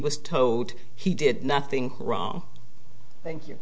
was towed he did nothing wrong thank you